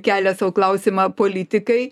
kelia sau klausimą politikai